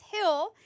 hill